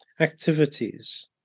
activities